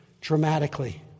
dramatically